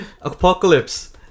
Apocalypse